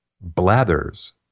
blathers